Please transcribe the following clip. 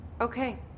Okay